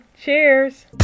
Cheers